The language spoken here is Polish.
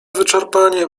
wyczerpanie